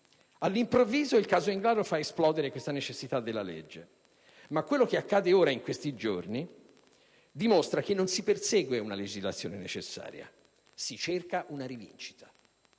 All'improvviso il caso Englaro fa esplodere la necessità della legge. Tuttavia quello che accade in questi giorni dimostra che non si persegue una legislazione necessaria, si cerca una rivincita: